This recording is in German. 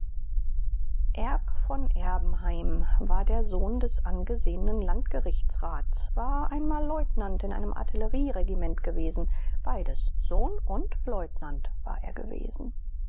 erb von erbenheim war der sohn des angesehenen landgerichtsrats war einmal leutnant in einem artillerieregiment gewesen beides sohn und leutnant war er gewesen